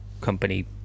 company